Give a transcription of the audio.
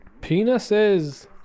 penises